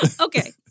Okay